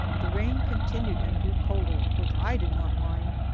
the rain continued, and grew colder, which i did not mind,